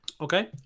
Okay